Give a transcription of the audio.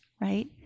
right